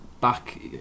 back